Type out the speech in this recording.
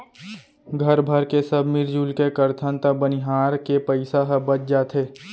घर भरके सब मिरजुल के करथन त बनिहार के पइसा ह बच जाथे